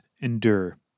Endure